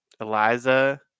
Eliza